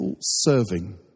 serving